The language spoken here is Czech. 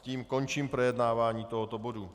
Tím končím projednávání tohoto bodu.